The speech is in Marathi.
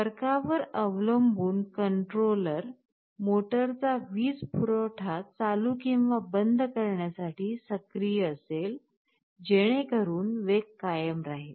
फारकावर अवलंबून कंट्रोलर मोटरचा वीज पुरवठा चालू किंवा बंद करण्यासाठी सक्रिय असेल जेणेकरून वेग कायम राहील